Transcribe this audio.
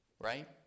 right